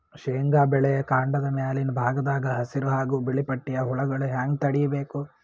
ಶೇಂಗಾ ಬೆಳೆಯ ಕಾಂಡದ ಮ್ಯಾಲಿನ ಭಾಗದಾಗ ಹಸಿರು ಹಾಗೂ ಬಿಳಿಪಟ್ಟಿಯ ಹುಳುಗಳು ಹ್ಯಾಂಗ್ ತಡೀಬೇಕು?